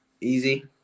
easy